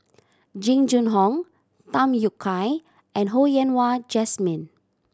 Jing Jun Hong Tham Yui Kai and Ho Yen Wah Jesmine